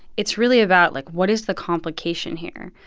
it's really about, like, what is the complication here?